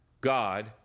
God